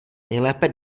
nejlépe